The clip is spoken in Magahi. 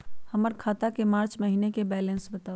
हमर खाता के मार्च महीने के बैलेंस के बताऊ?